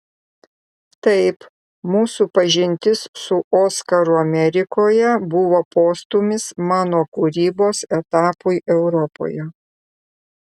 taip mūsų pažintis su oskaru amerikoje buvo postūmis mano kūrybos etapui europoje